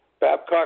Babcock